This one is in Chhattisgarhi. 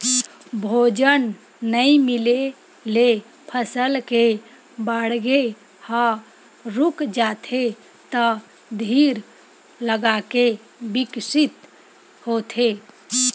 भोजन नइ मिले ले फसल के बाड़गे ह रूक जाथे त धीर लगाके बिकसित होथे